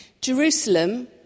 Jerusalem